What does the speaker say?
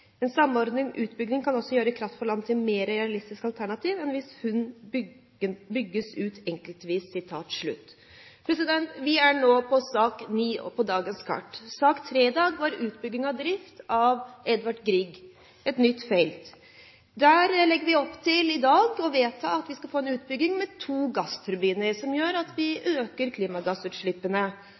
En samordnet utbygging kan også gjøre kraft fra land til et mer realistisk alternativ enn hvis funnene bygges ut enkeltvis.» Vi er nå på sak nr. 9 på dagens kart. Sak nr. 3 i dag gjaldt utbygging og drift av Edvard Grieg-feltet, et nytt felt. Der legger vi opp til i dag å vedta at vi skal få en utbygging med to gassturbiner som gjør at vi øker klimagassutslippene,